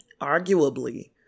arguably